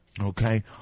okay